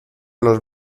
los